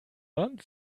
land